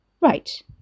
Right